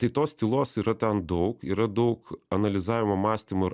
tai tos tylos yra ten daug yra daug analizavimo mąstymo